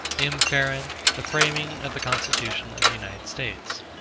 m. farrand, the framing of the constitution of the united states.